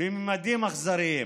בממדים אכזריים.